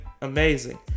amazing